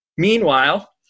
Meanwhile